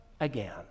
again